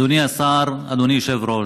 אדוני השר, אדוני היושב-ראש,